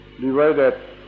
divided